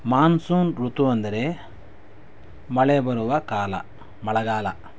monsoon ಋತು ಅಂದರೆ ಮಳೆ ಬರುವ ಕಾಲ ಮಳೆಗಾಲ